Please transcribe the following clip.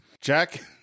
Jack